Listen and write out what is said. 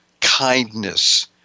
kindness